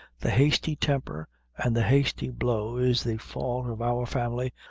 the hasty temper and the hasty blow is the fault of our family,